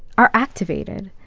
are activated.